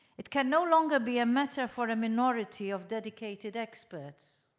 it can no longer be a matter for a minority of dedicated experts.